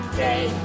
day